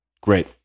Great